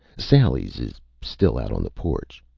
sally's is still out on the porch.